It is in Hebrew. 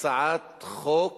הצעת חוק